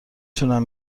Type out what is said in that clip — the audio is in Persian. تونم